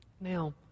Now